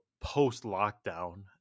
post-lockdown